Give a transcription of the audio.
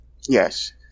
Yes